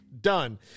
Done